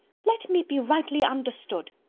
let me be rightly understood.